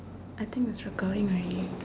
I think it's recording already